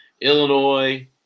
Illinois